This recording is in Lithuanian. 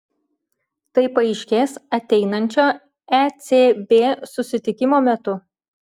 tai paaiškės ateinančio ecb susitikimo metu